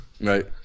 Right